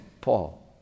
Paul